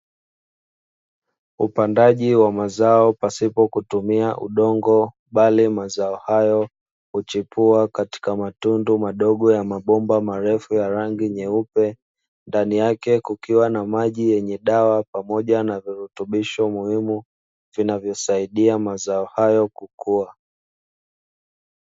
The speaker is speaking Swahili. Upandaji wa mazao pasipo kutumia udongo bali mazao hayo huchipua katika matundu madogo ya mabomba marefu ya rangi nyeupe, ndani yake kukiwa na maji yenye dawa pamoja na virutubisho muhimu vinavyosaidia mazao hayo kukua.